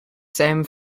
same